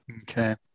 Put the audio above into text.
okay